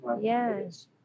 Yes